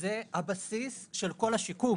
וזה הבסיס של כל השיקום.